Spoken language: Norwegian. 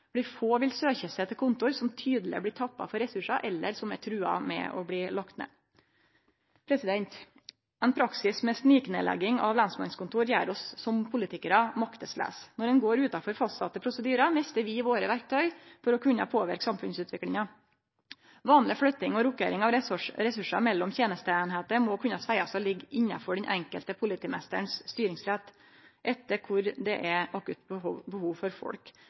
blir tappa for ressursar, eller som er trua med å bli lagde ned. Ein praksis med sniknedlegging av lensmannskontor gjer oss som politikarar makteslause. Når ein går utanfor fastsette prosedyrar, mister vi våre verkty for å kunne påverke samfunnsutviklinga. Vanleg flytting og rokkering av ressursar mellom tenesteeiningar må kunne seiast å liggje innanfor styringsretten til den enkelte politimeisteren, ettersom kor det er akutt behov for folk.